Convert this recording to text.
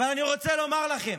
אבל אני רוצה לומר לכם,